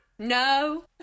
No